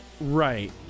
Right